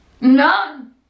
None